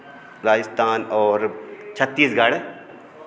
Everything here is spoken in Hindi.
राजस्थान और छत्तीसगढ़